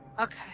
Okay